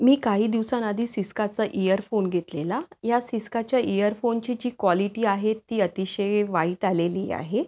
मी काही दिवसांआधी सिस्काचा इयरफोन घेतलेला या सिस्काच्या इयरफोनची जी क्वालिटी आहे ती अतिशय वाईट आलेली आहे